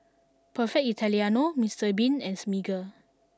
Perfect Italiano Mr bean and Smiggle